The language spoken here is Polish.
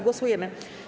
Głosujemy.